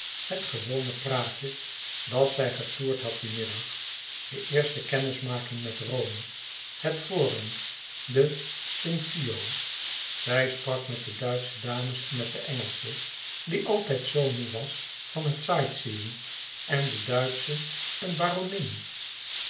het gewone praatje dat zij getoerd had dien middag de eerste kennismaking met rome het forum de pincio zij sprak met de duitsche dames en met de engelsche die altijd zoo moê was van het sight seeing en de duitsche eene baronin